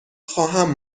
خواهم